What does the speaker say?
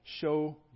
show